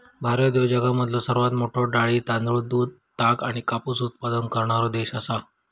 भारत ह्यो जगामधलो सर्वात मोठा डाळी, तांदूळ, दूध, ताग आणि कापूस उत्पादक करणारो देश आसा